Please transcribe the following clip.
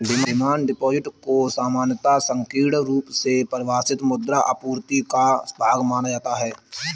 demand deposit को सामान्यतः संकीर्ण रुप से परिभाषित मुद्रा आपूर्ति का भाग माना जाता है